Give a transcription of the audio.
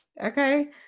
Okay